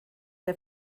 der